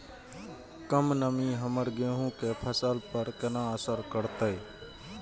कम नमी हमर गेहूँ के फसल पर केना असर करतय?